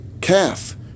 calf